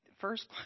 First